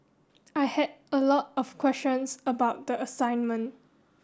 I had a lot of questions about the assignment